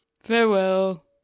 Farewell